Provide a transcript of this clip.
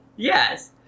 Yes